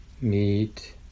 meet